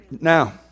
Now